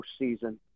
postseason